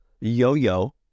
yo-yo